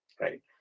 Right